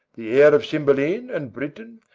the heir of cymbeline and britain,